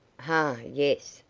hah! yes!